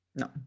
No